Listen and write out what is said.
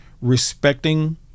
respecting